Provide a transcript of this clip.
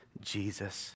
Jesus